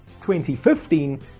2015